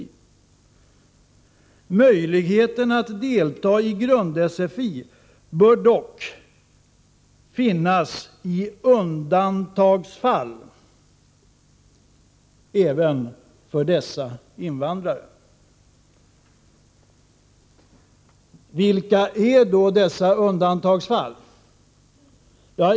Möjligheten att delta i grund-sfi bör dock —-—-— finnas i undantagsfall även för dessa invandrare.” Vilka är då dessa ”undantagsfall”?